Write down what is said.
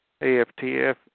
AFTF